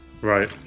right